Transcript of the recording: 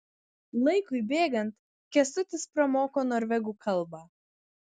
laikui bėgant kęstutis pramoko norvegų kalbą